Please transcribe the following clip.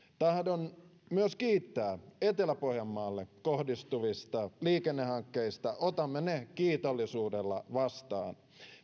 tahdon myös kiittää etelä pohjanmaalle kohdistuvista liikennehankkeista otamme ne kiitollisuudella vastaan